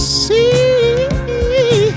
see